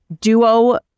Duo